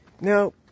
Now